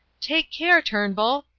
take care, turnbull,